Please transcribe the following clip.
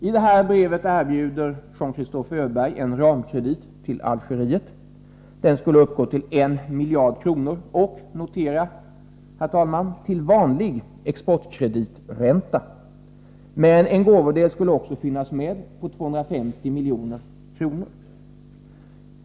I det här brevet erbjuder Jean-Christophe Öberg en ramkredit till Algeriet. Den skulle uppgå till en miljard kronor och — notera detta — till vanlig exportkreditränta. Men en gåvodel skulle också finnas med — på 250 milj.kr.!